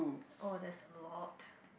oh that's a lot